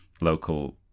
local